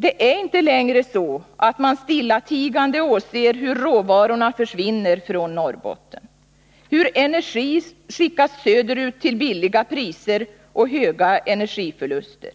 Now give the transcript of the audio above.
Det är inte längre så att man stillatigande åser hur råvarorna försvinner från Norrbotten, hur energi skickas söderut till låga priser och höga energiförluster,